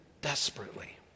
desperately